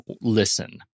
listen